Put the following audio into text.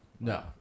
No